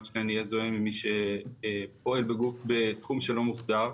שלהן יהיה --- עם מי שפועל בתחום שלא מוסדר.